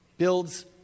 Builds